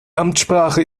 amtssprache